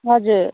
हजुर